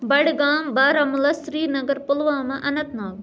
Budgam Baramulla Srinagar Pulwama Anant Nag